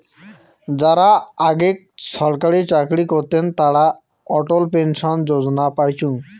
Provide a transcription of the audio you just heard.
যারা আগেক ছরকারি চাকরি করতেন তারা অটল পেনশন যোজনা পাইচুঙ